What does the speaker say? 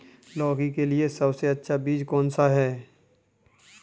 लौकी के लिए सबसे अच्छा बीज कौन सा है?